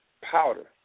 powder